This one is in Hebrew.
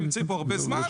הם נמצאים פה הרבה זמן,